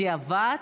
בדיעבד,